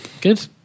Good